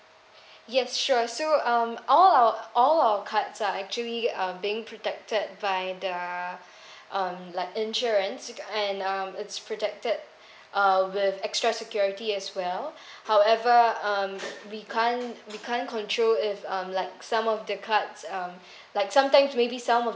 yes sure so um all our all our cards are actually uh being protected by the um like insurance and uh it's protected uh with extra security as well however um we can't we can't control if um like some of the cards um like sometimes maybe some of